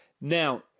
now